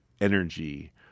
energy